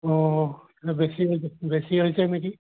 অ বেছি বেছি হৈছে নেকি